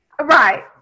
Right